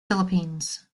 philippines